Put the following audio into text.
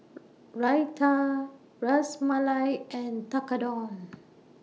Raita Ras Malai and Tekkadon